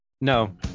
No